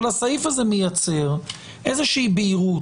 אבל הסעיף הזה מייצר איזושהי בהירות.